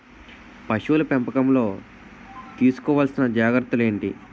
పశువుల పెంపకంలో తీసుకోవల్సిన జాగ్రత్త లు ఏంటి?